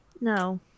No